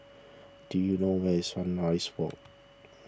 do you know where is Sunrise Walk